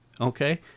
okay